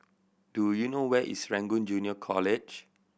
do you know where is Serangoon Junior College